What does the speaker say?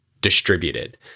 distributed